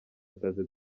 akazi